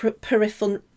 peripheral